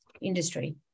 industry